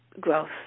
growth